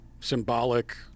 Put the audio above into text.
Symbolic